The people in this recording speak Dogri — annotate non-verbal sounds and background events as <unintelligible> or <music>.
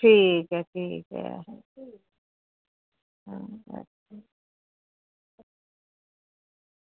ठीक ऐ ठीक ऐ <unintelligible>